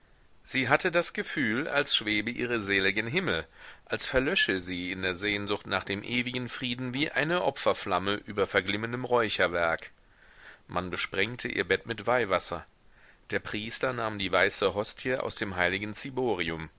sie hatte das gefühl als schwebe ihre seele gen himmel als verlösche sie in der sehnsucht nach dem ewigen frieden wie eine opferflamme über verglimmendem räucherwerk man besprengte ihr bett mit weihwasser der priester nahm die weiße hostie aus dem heiligen